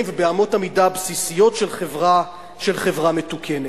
ובאמות המידה הבסיסיים של חברה מתוקנת.